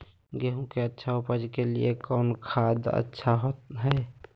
गेंहू के अच्छा ऊपज के लिए कौन खाद अच्छा हाय?